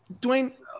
Dwayne